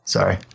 Sorry